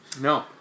No